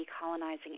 Decolonizing